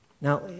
Now